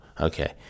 Okay